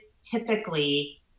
typically